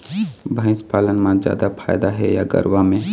भंइस पालन म जादा फायदा हे या गरवा में?